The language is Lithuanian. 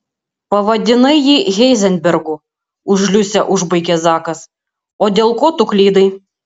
pavadinai jį heizenbergu už liusę užbaigė zakas o dėl ko tu klydai